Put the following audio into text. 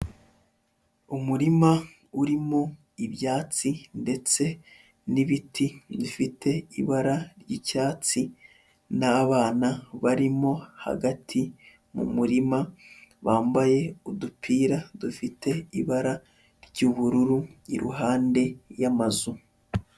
Umurima urimo ibyatsi ndetse n'ibiti bifite ibara ry'icyatsi n'abana barimo hagati mu murima, bambaye udupira dufite ibara ry'ubururu, iruhande y'amazu.